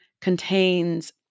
contains